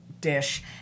dish